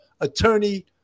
attorney